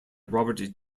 robert